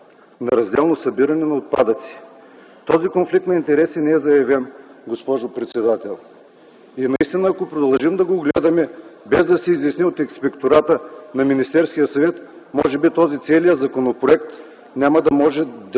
на разделно събиране на отпадъци. Този конфликт на интереси не е заявен, госпожо председател. И наистина, ако продължим да го гледаме, без да се изясни от Инспектората на Министерския съвет, може би този целият законопроект няма да може да